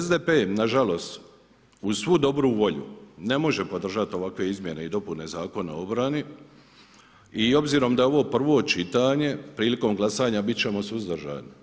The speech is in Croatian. SDP nažalost uz svu dobru volju ne može podržati ovakve izmjene i dopune Zakona o obrani i obzirom da je ovo prvo čitanje prilikom glasanja bit ćemo suzdržani.